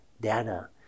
data